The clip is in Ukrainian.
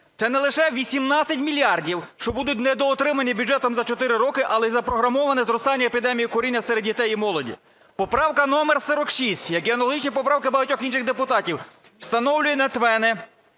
Це не лише 18 мільярдів, що будуть недоотримані бюджетом за чотири роки, але і запрограмоване зростання епідемії куріння серед дітей і молоді. Поправка номер 46, як і аналогічні поправки багатьох інших депутатів, встановлює на ТВЕНи